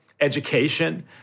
education